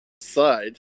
side